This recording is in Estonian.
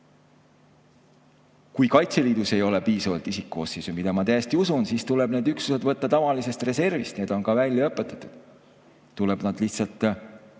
Kui Kaitseliidus ei ole piisavalt isikkoosseisu, mida ma täiesti usun, siis tuleb need üksused võtta tavalisest reservist. Need on ka välja õpetatud. Tuleb lihtsalt